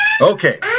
Okay